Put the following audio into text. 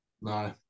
No